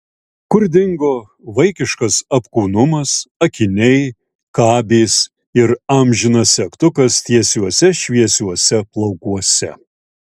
kur dingo vaikiškas apkūnumas akiniai kabės ir amžinas segtukas tiesiuose šviesiuose plaukuose